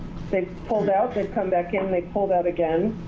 they've pulled out, they've come back in, they've pulled out again,